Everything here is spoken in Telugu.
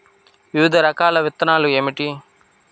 వివిధ రకాల విత్తనాలు ఏమిటి?